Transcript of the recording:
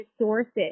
sources